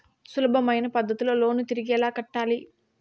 సులభమైన పద్ధతిలో లోను తిరిగి ఎలా కట్టాలి